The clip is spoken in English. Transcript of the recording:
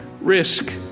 Risk